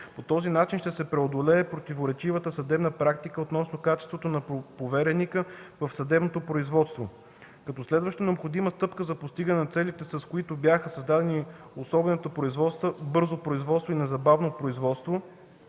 По този начин ще се преодолее противоречивата съдебна практика относно качеството на повереника в съдебното производство; - като следваща необходима стъпка за постигане на целите, с които бяха създадени особените производства – бързо производство и незабавно производство,